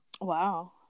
Wow